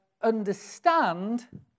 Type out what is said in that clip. understand